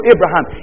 Abraham